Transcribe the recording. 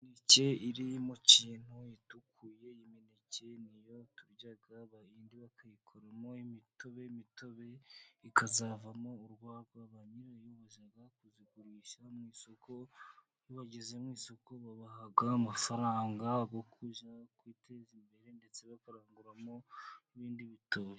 Imineke iri mu kintu itukuye, imineke niyo turya abahindi bakayikuramo imitobe, imitobe ikazavamo urwagwa, banyirayo bakaziryana kuzigurisha mu isoko bageze mu isoko babaha amafaranga yo kuteza imbere, ndetse bakaranguramo n'ibindi bitoke.